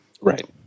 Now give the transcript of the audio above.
Right